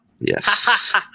Yes